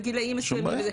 בגילים מסוימים וכולי.